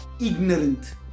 ignorant